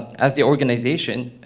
as the organization,